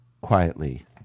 quietly